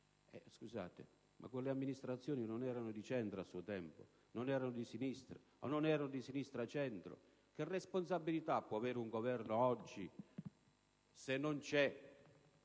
Scusate, ma quelle amministrazioni non erano di centro a suo tempo, non erano di sinistra o non erano di centrosinistra? Che responsabilità può avere un Governo oggi, se non c'è